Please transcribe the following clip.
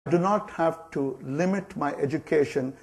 I DO NOT HAVE TO LIMIT MY EDUCATION